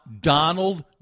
Donald